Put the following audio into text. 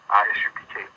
isupk